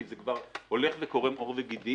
כי זה כבר הולך וקורם עור וגידים.